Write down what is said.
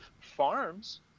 farms